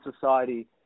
society